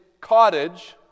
cottage